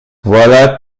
voilà